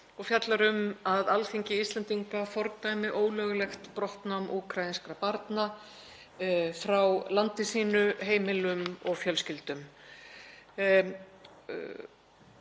og fjallar um að Alþingi Íslendinga fordæmi ólöglegt brottnám úkraínskra barna frá landi sínu, heimilum og fjölskyldum.